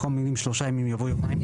במקום המילים 'שלושה ימים' יבוא 'יומיים'.